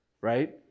right